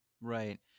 Right